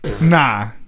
Nah